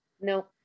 No